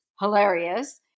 hilarious